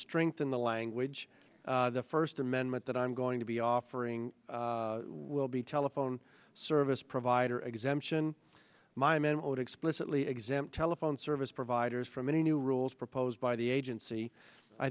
strengthen the language the first amendment that i'm going to be offering will be telephone service provider exemption my men or explicitly exempt telephone service providers from any new rules proposed by the agency i